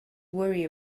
worry